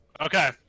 Okay